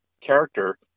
character